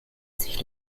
sich